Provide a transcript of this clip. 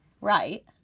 right